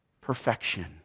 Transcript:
perfection